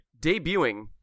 Debuting